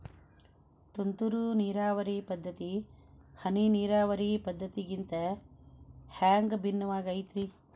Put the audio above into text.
ತುಂತುರು ನೇರಾವರಿ ಪದ್ಧತಿ, ಹನಿ ನೇರಾವರಿ ಪದ್ಧತಿಗಿಂತ ಹ್ಯಾಂಗ ಭಿನ್ನವಾಗಿ ಐತ್ರಿ?